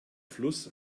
fluss